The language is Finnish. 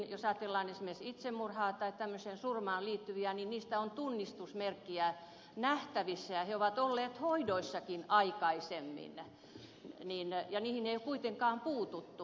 jos ajatellaan esimerkiksi itsemurhaa tai tämmöiseen surmaan liittyviä tilanteita niin niistä on tunnistusmerkkejä nähtävissä tekijät ovat olleet hoidoissakin aikaisemmin ja niihin ei ole kuitenkaan puututtu